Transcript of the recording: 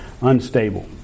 unstable